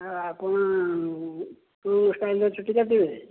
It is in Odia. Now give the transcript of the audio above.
ହଁ ଆପଣ କେଉଁ ଷ୍ଟାଇଲର ଚୁଟି କଟିବେ